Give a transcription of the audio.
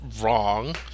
wrong